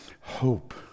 hope